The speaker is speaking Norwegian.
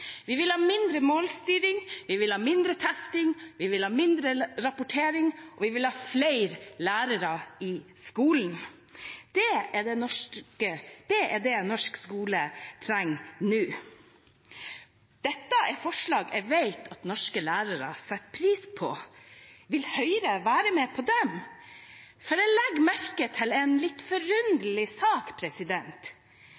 Vi vil ha mindre målstyring, vi vil ha mindre testing, vi vil ha mindre rapportering, og vi vil ha flere lærere i skolen. Det er det norsk skole trenger nå. Dette er forslag jeg vet at norske lærere setter pris på. Vil Høyre være med på dem? Jeg legger merke til en litt